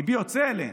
ליבי יוצא אליהם.